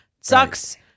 Sucks